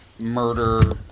murder